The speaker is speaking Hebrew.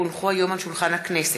כי הונחו היום על שולחן הכנסת,